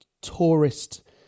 tourist